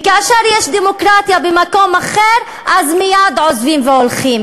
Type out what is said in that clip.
וכאשר יש דמוקרטיה במקום אחר אז מייד עוזבים והולכים.